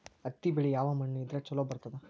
ಹತ್ತಿ ಬೆಳಿ ಯಾವ ಮಣ್ಣ ಇದ್ರ ಛಲೋ ಬರ್ತದ?